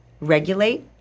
regulate